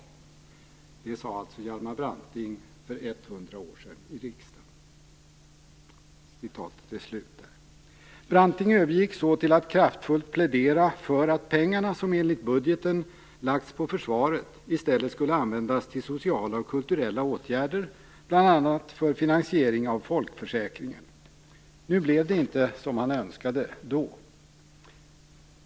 Detta sade alltså Hjalmar Branting för 100 år sedan i riksdagen. Branting övergick så till att kraftfullt plädera för att pengarna som enligt budgeten lagts på försvaret i stället skulle användas till sociala och kulturella åtgärder, bl.a. för finansiering av folkförsäkringen. Nu blev det inte så som han önskade då.